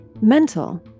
mental